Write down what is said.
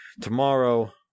tomorrow